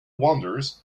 wanders